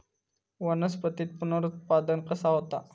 वनस्पतीत पुनरुत्पादन कसा होता?